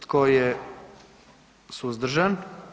Tko je suzdržan?